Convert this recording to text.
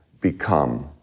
become